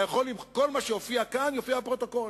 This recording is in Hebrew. כל מה שהופיע כאן יופיע בפרוטוקול,